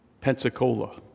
Pensacola